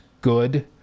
good